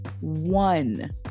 one